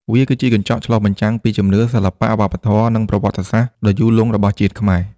វាគឺជា កញ្ចក់ឆ្លុះបញ្ចាំងពីជំនឿ សិល្បៈ វប្បធម៌ និងប្រវត្តិសាស្ត្រ ដ៏យូរលង់របស់ជាតិខ្មែរ។